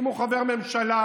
אם הוא חבר ממשלה,